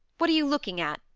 what are you looking at?